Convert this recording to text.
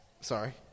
Sorry